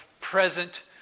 present